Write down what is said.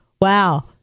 wow